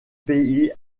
pays